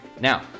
now